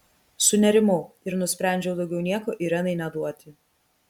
sunerimau ir nusprendžiau daugiau nieko irenai neduoti